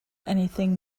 anything